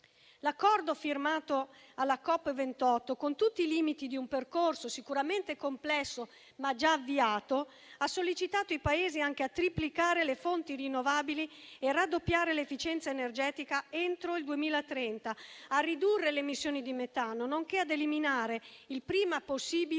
L'accordo firmato alla COP28, con tutti i limiti di un percorso sicuramente complesso, ma già avviato, ha sollecitato i Paesi anche a triplicare le fonti rinnovabili e a raddoppiare l'efficienza energetica entro il 2030; a ridurre le emissioni di metano nonché ad eliminare il prima possibile